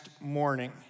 morning